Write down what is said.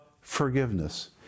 Forgiveness